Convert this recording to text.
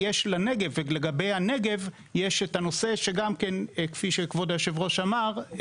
לגבי הנגב יש את הנושא כפי שכבוד היושב-ראש אמר,